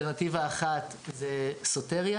אלטרנטיבה אחת היא סוטריה